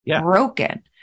broken